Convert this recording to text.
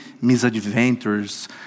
misadventures